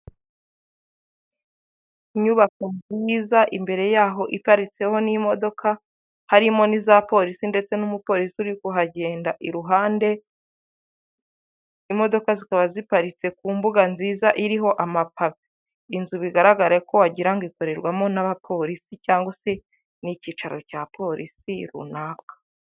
Inyubako nziza imbere yaho iparitseho n'imodoka harimo n'iza polisi ndetse n'umupolisi uri kuhagenda iruhande; imodoka zikaba ziparitse ku mbuga nziza iriho amapave inzu bigaraga ko wagirango ngo ikorerwamo n'abapolisi cyangwa se n'icyicaro cya polisi runaka.